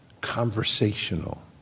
conversational